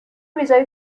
ویزای